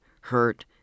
hurt